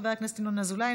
חבר הכנסת איתן ברושי,